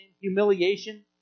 humiliation